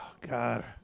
God